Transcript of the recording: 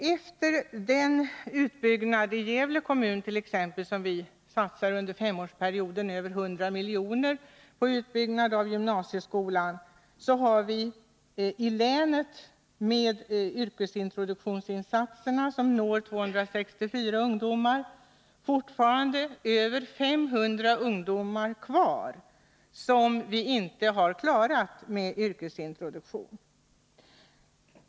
Gävle kommun satsar vi under en femårsperiod över 100 miljoner på utbyggnad av gymnasieskolan. Men i länet har vi med yrkesintroduktionsinsatserna, som når 264 ungdomar, fortfarande över 500 ungdomar som vi inte har klarat med yrkesintroduktionen.